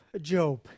Job